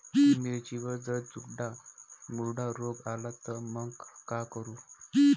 मिर्चीवर जर चुर्डा मुर्डा रोग आला त मंग का करू?